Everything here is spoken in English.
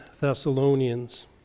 Thessalonians